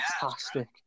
fantastic